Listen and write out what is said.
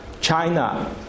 China